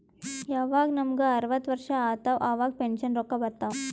ಯವಾಗ್ ನಮುಗ ಅರ್ವತ್ ವರ್ಷ ಆತ್ತವ್ ಅವಾಗ್ ಪೆನ್ಷನ್ ರೊಕ್ಕಾ ಬರ್ತಾವ್